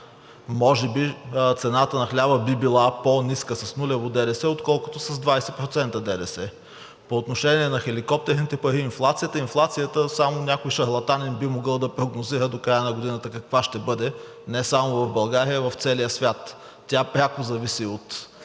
Може би цената на хляба би била по-ниска с нулево ДДС, отколкото с 20% ДДС. По отношение на хеликоптерните пари. Инфлацията само някой шарлатанин би могъл да прогнозира до края на годината каква ще бъде не само в България, а и в целия свят. Тя пряко зависи от